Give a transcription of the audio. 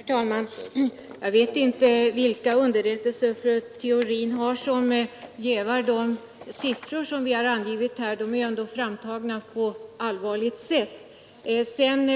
Herr talman! Jag vet inte vilka underrättelser fru Theorin har som jävar de siffror som vi har angivit här — de är ändå framtagna på allvarligt sätt.